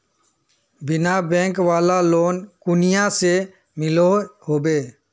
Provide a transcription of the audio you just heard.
बिना बैंक वाला लोन कुनियाँ से मिलोहो होबे?